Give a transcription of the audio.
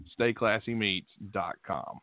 stayclassymeats.com